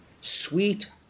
sweet